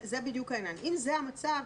אם זה המצב,